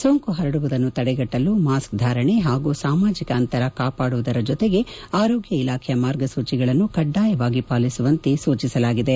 ಸೋಂಕು ಪರಡುವುದನ್ನು ತಡೆಗಟ್ಟಲು ಮಾಸ್ಕ್ ಧಾರಣೆ ಹಾಗೂ ಸಾಮಾಜಿಕ ಅಂತರ ಕಾಪಾಡುವುದರ ಜೊತೆಗೆ ಆರೋಗ್ತ ಇಲಾಖೆಯ ಮಾರ್ಗಸೂಚಿಗಳನ್ನು ಕಡ್ಡಾಯವಾಗಿ ಪಾಲಿಸುವಂತೆ ಸೂಜಿಸಲಾಗಿದೆ